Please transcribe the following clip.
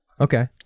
Okay